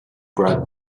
bribe